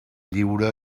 lliure